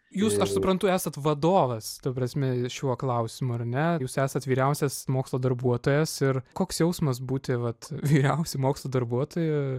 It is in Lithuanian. jūs aš suprantu esat vadovas ta prasme šiuo klausimu ar ne jūs esat vyriausias mokslo darbuotojas ir koks jausmas būti vat vyriausiu mokslo darbuotoju